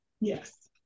Yes